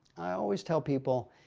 i always tell people,